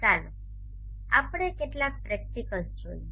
ચાલો આપણે કેટલાક પ્રેક્ટિકલ્સ જોઈએ